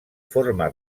forma